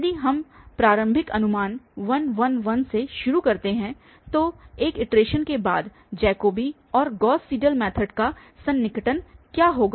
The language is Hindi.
यदि हम प्रारंभिक अनुमान 1 1 1 से शुरू करते हैं तो एक इटरेशन के बाद जैकोबी और गॉस सीडल मैथड का सन्निकटन क्या होगा